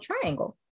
triangle